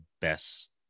best